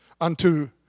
unto